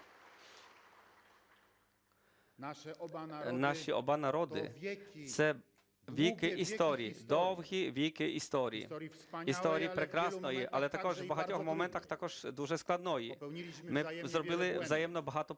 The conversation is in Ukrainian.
Наші обидва народи – це віки історії, довгі віки історії. Історії прекрасної, але в багатьох моментах також дуже складної. Ми зробили взаємно багато